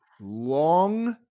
long